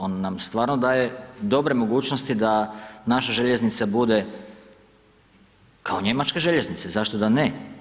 On nam stvarno daje dobre mogućnosti da naše željeznice budu kao njemačke željeznice, zašto da ne?